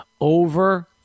over